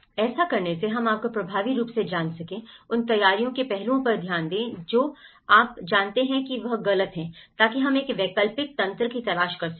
ताकि हम आपको प्रभावी रूप से जान सकें उन तैयारियों के पहलुओं पर ध्यान दें जो आप जानते हैं वह गलत है ताकि हम एक वैकल्पिक तंत्र की तलाश कर सकें